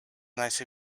nice